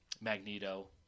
Magneto